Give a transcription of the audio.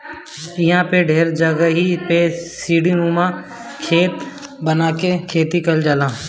इहां पे ढेर जगही पे सीढ़ीनुमा खेत बना के खेती कईल जाला